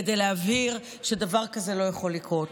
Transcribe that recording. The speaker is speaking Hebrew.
כדי להבהיר שדבר כזה לא יכול לקרות.